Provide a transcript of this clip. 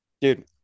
Dude